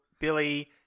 Billy